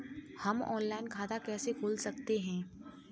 हम ऑनलाइन खाता कैसे खोल सकते हैं?